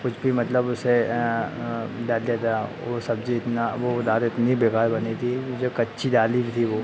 कुछ भी मतलब उसे डाल दिया था वह सब्जी इतना वह दाल इतनी बेकार बनी थी कि जो कच्ची दाल ही थी वह